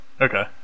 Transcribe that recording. Okay